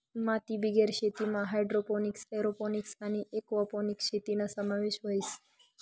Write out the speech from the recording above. मातीबिगेर शेतीमा hydroponics, aeroponics आणि एक्वापोनिक्स शेतीना समावेश व्हस